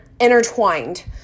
intertwined